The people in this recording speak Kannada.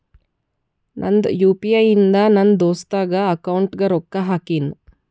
ನಂದ್ ಯು ಪಿ ಐ ಇಂದ ನನ್ ದೋಸ್ತಾಗ್ ಅಕೌಂಟ್ಗ ರೊಕ್ಕಾ ಹಾಕಿನ್